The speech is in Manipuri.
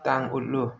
ꯇꯥꯡ ꯎꯠꯂꯨ